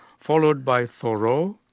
followed by thoreau,